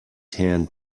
tan